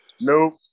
Nope